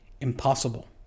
impossible